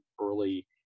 early